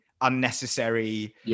unnecessary